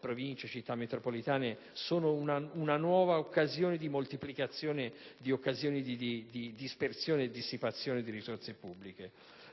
Province e Città metropolitane diventano una nuova occasione di moltiplicazione, dispersione e dissipazione di risorse pubbliche.